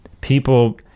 people